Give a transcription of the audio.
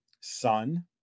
son